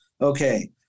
okay